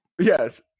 Yes